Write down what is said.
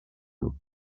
nhw